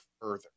further